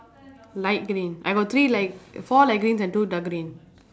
light green I got three light four light greens and two dark green